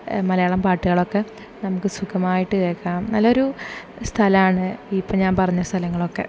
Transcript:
മലയാളം പാട്ടുകൾ ഒക്കെ നമുക്ക് സുഖമായിട്ട് കേൾക്കാം നല്ലൊരു സ്ഥലമാണ് ഇപ്പോൾ ഞാൻ പറഞ്ഞ സ്ഥലങ്ങളൊക്കെ